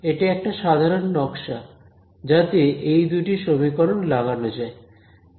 এটা একটা সাধারন নকশা যাতে এই দুটি সমীকরণ লাগানো যায়